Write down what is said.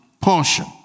portion